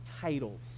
titles